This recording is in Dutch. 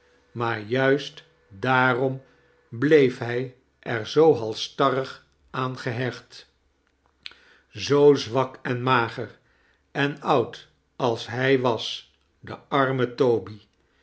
maar juist daarom bleef hij er zoo halsstarrig aan gehecht zoo zwak en mager en oud als hij was de anne toby